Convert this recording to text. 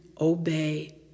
obey